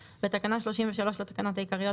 11. בתקנה 33 לתקנות העיקריות,